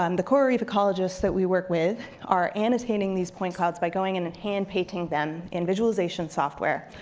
um the coral reef ecologists that we work with are annotating these point clouds by going in and hand painting them in visualization software.